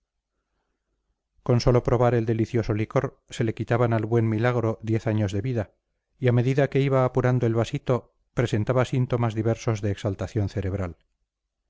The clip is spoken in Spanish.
con sólo probar el delicioso licor se le quitaban al buen milagro diez años de vida y a medida que iba apurando el vasito presentaba síntomas diversos de exaltación cerebral